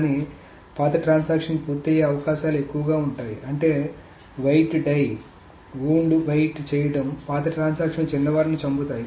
కానీ పాత ట్రాన్సాక్షన్ పూర్తయ్యే అవకాశాలు ఎక్కువగా ఉంటాయి అంటే వెయిట్ డై వవుండ్ వెయిట్ చేయడం పాత ట్రాన్సాక్షన్లు చిన్నవారిని చంపుతాయి